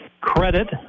credit